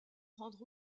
rendre